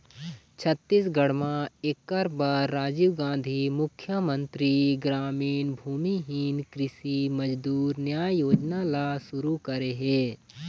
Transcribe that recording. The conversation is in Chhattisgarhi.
छत्तीसगढ़ म एखर बर राजीव गांधी मुख्यमंतरी गरामीन भूमिहीन कृषि मजदूर नियाय योजना ल सुरू करे हे